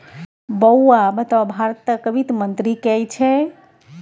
बौआ बताउ भारतक वित्त मंत्री के छै?